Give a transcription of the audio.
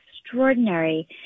extraordinary